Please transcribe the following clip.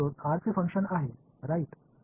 current स्त्रोत r चे function आहे राइट